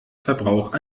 verbrauch